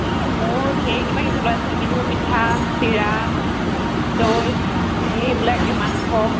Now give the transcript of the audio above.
এই মোৰ ধেৰ কিবা কিনিব আছে বিহু পিঠা চিৰা দৈ এইবিলাকে মাংস